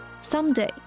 Someday